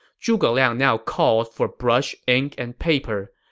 zhuge liang now called for brush, ink, and paper,